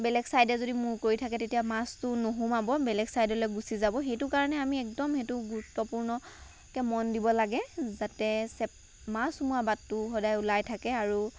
বেলেগ চাইডে যদি মূৰ কৰি থাকে তেতিয়া মাছটো নোসোমাব বেলেগ চাইডলৈ গুচি যাব সেইটো কাৰণে আমি একদম সেইটো গুৰুত্বপূৰ্ণকৈ মন দিব লাগে যাতে চে মাছ সোমোৱা বাটটো সদায় ওলাই থাকে আৰু